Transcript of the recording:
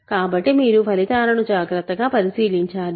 కాబట్టి మీరు ఫలితాలను జాగ్రత్తగా పరిశీలించాలి